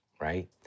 right